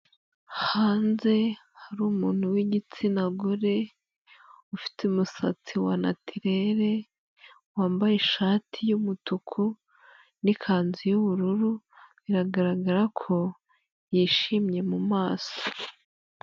Hanze hari umuntu w'igitsina gore, ufite umusatsi wa natirere, wambaye ishati y'umutuku n'ikanzu y'ubururu, biragaragara ko yishimye mu maso.